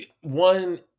one